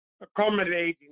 accommodating